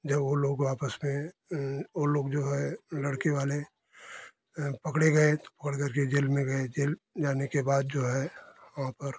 जब वो लोग आपस में वो लोग जो है लड़के वाले पकड़े गए पकड़ करके जेल में गए जेल जाने के बाद जो है वहाँ पर